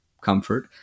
comfort